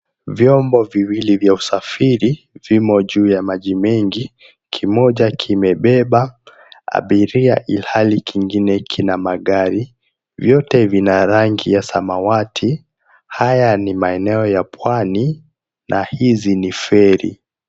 Vyombo viwili vya usafiri vimo juu ya maji mengi. Kimoja kimebeba abiria ilhali kingine kina magari. Vyote vina rangi ya samawati. Haya ni maeneo ya pwani na hizi ni feri.